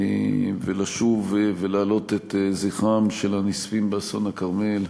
ולשוב ולהעלות את זכרם של הנספים באסון הכרמל,